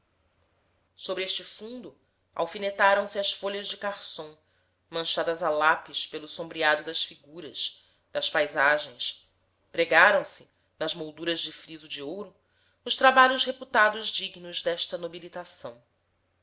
sobre este fundo alfinetaram se as folhas de carson manchadas a lápis pelo sombreado das figuras das paisagens pregaram se nas molduras de friso de ouro os trabalhos reputados dignos desta